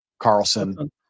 Carlson